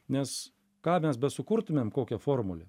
nes ką mes besukurtumėm kokią formulę